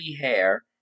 hair